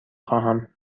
خواهم